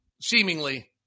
seemingly